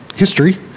history